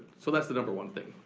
so that's the number one thing.